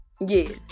Yes